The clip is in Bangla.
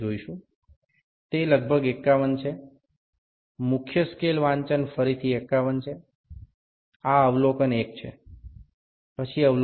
সুতরাং এটি প্রায় ৫১ মূল স্কেল পাঠটি আবার ৫১ এটি প্রথম পর্যবেক্ষণ তারপরে দ্বিতীয় পর্যবেক্ষণ